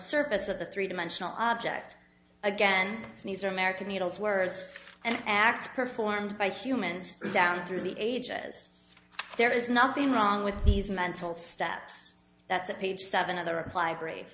surface of the three dimensional object again these are american needles words and acts performed by humans down through the ages there is nothing wrong with these mental steps that's a page seven of the reply brave